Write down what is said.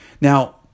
Now